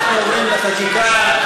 אנחנו עוברים לחקיקה.